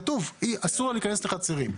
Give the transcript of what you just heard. כתוב שאסור לה להיכנס לחצרים.